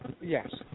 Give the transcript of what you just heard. Yes